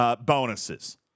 bonuses